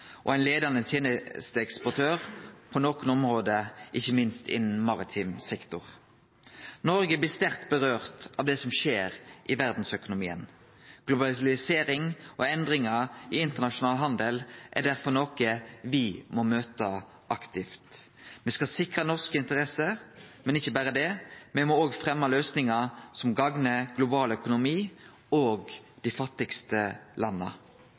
og ein leiande tenesteeksportør på nokre område, ikkje minst innan maritim sektor. Det som skjer i verdsøkonomien, vedkjem Noreg i stor grad. Globalisering og endringar i internasjonal handel er derfor noko me må møte aktivt. Me skal sikre norske interesser, men ikkje berre det – me må òg fremje løysingar som gagnar global økonomi og dei fattigaste landa.